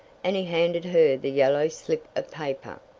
and he handed her the yellow slip of paper.